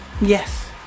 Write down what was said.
Yes